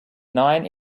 nine